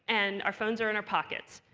and our phones are in our pockets?